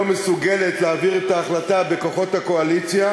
מסוגלת להעביר את ההחלטה בכוחות הקואליציה.